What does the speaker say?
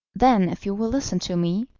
then, if you will listen to me,